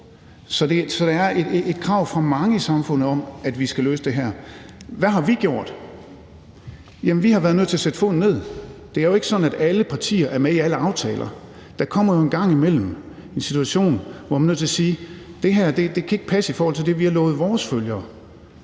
Så der er et krav fra mange i samfundet om, at vi skal løse det her. Hvad har vi gjort? Vi har været nødt til at sætte foden ned. Det er jo ikke sådan, at alle partier er med i alle aftaler. Der opstår en gang imellem en situation, hvor man er nødt til at sige: Det her kan ikke passe i forhold til det, vi har lovet vores vælgere,